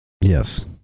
Yes